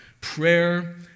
Prayer